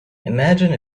imagine